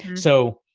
so,